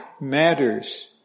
matters